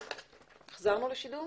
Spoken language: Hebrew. ונתחדשה בשעה 13:50.)